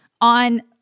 on